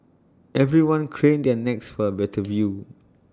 everyone craned their necks for A better view